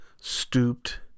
stooped